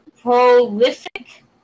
prolific